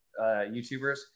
YouTubers